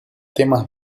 temas